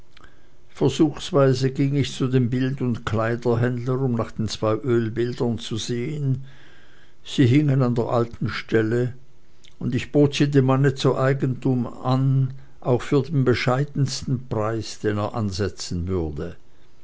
versuchsweise ging ich zu dem bild und kleiderhändler um nach den zwei ölbildern zu sehen sie hingen an der alten stelle und ich bot sie dem manne zu eigentum an auch für den bescheidensten preis den er ansetzen würde